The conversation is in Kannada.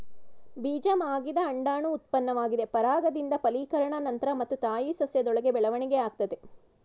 ಬೀಜ ಮಾಗಿದ ಅಂಡಾಣು ಉತ್ಪನ್ನವಾಗಿದೆ ಪರಾಗದಿಂದ ಫಲೀಕರಣ ನಂತ್ರ ಮತ್ತು ತಾಯಿ ಸಸ್ಯದೊಳಗೆ ಬೆಳವಣಿಗೆಯಾಗ್ತದೆ